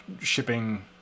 shipping